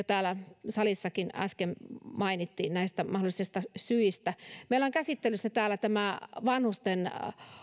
täällä salissakin äsken mainittiin näistä mahdollisista syistä meillä on käsittelyssä täällä tämä vanhusten